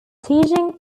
teaching